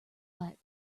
light